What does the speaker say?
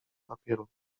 papieru